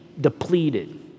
depleted